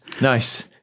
Nice